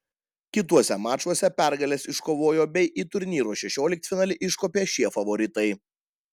kituose mačuose pergales iškovojo bei į į turnyro šešioliktfinalį iškopė šie favoritai